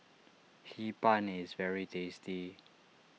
Hee Pan is very tasty